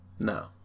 No